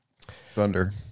Thunder